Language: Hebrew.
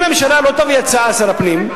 אם הממשלה לא תביא הצעה, ושר הפנים,